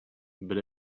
but